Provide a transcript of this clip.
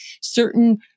certain